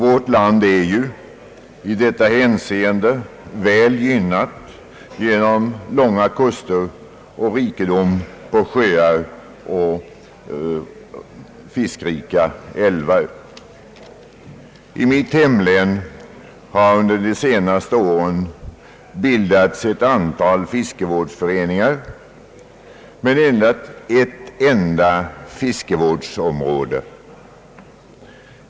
Vårt land är ju i detta hänseende väl gynnat genom långa kuster och rikedom på sjöar och fiskrika älvar. I mitt hemlän har under de senaste åren bildats ett antal fiskevårdsföreningar, men endast ett enda fiskevårdsområde.